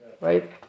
right